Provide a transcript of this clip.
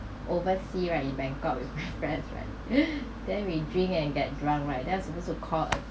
oversea right in bangkok with my friends right then we drink and get drunk right then we supposed to call a